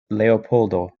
leopoldo